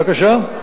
בבקשה?